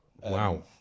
wow